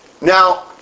Now